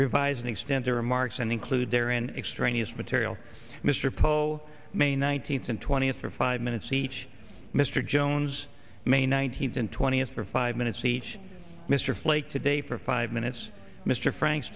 revise and extend their remarks and include their in extraneous material mr poe may nineteenth and twentieth for five minutes each mr jones may nineteenth and twentieth for five minutes each mr flake today for five minutes mr frank